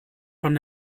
von